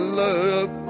love